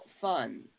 fun